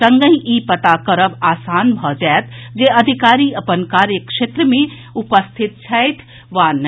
संगहि ई पता करब आसान भऽ जायत जे अधिकारी अपन कार्य क्षेत्र मे उपस्थित छथि वा नहि